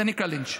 זה נקרא לינץ'.